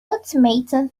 ultimatum